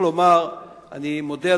אני מודה,